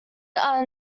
are